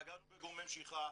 נגענו בגורמי משיכה,